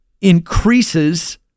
increases